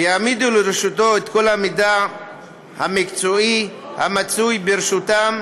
ויעמידו לרשותו את כל המידע המקצועי המצוי ברשותם